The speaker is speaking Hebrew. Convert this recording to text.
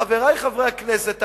חברי חברי הכנסת,